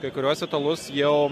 kai kuriuos italus jau